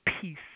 peace